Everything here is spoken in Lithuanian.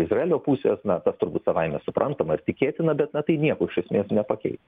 izraelio pusės na tas turbūt savaime suprantama ir tikėtina bet na tai nieko iš esmės nepakeis